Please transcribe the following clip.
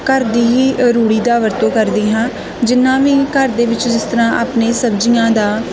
ਘਰ ਦੀ ਹੀ ਰੂੜ੍ਹੀ ਦੀ ਵਰਤੋਂ ਕਰਦੀ ਹਾਂ ਜਿੰਨਾ ਵੀ ਘਰ ਦੇ ਵਿੱਚ ਜਿਸ ਤਰ੍ਹਾਂ ਆਪਣੀਆਂ ਸਬਜ਼ੀਆਂ ਦਾ